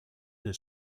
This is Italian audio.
del